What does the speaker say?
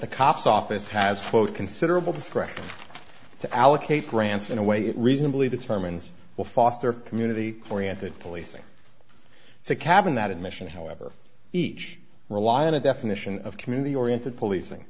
the cops office has quote considerable discretion to allocate grants in a way it reasonably determines will foster community oriented policing to cabin that admission however each rely on a definition of community oriented policing